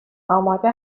آماده